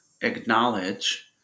acknowledge